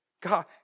God